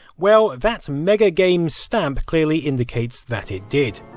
well that mega game stamp clearly indicates that it did.